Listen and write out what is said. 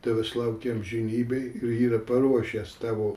tavęs laukia amžinybėj ir yra paruošęs tavo